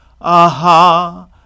Aha